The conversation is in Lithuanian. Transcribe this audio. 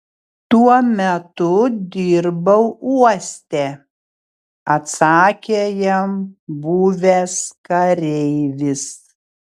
tuo metu dirbau uoste atsakė jam buvęs kareivis